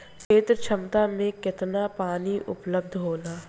क्षेत्र क्षमता में केतना पानी उपलब्ध होला?